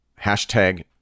hashtag